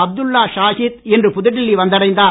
அப்துல்லா ஷாஹித் இன்று புதுடெல்லி வந்தடைந்தார்